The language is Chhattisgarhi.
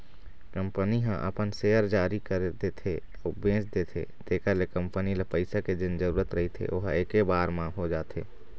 कंपनी ह अपन सेयर जारी कर देथे अउ बेच देथे तेखर ले कंपनी ल पइसा के जेन जरुरत रहिथे ओहा ऐके बार म हो जाथे